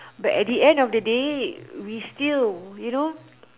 but at the end of the day we still you know